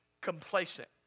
complacent